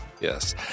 Yes